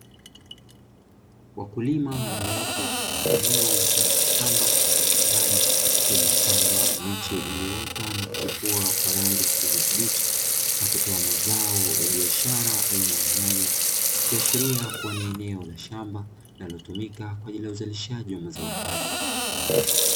wakulima waliopo katika eneo mfano wa shamba ama bustani lililopandwa miche iliyoota na kuchipua kwa rangi yakijani kibichi na kutoa mazao ya biashara aina ya nyanya, kuashiria kuwa ni eneo la shamba linalotumika kwaajili ya uzalishaji wa mazao hayo.